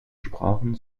sprachen